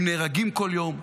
הם נהרגים כל יום.